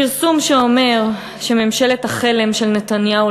פרסום שאומר שממשלת החלם של נתניהו,